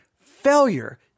failure